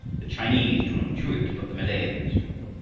the chinese do not chew it, but the malayans do.